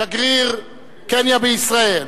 שגריר קניה בישראל,